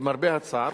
למרבה הצער,